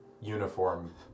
uniform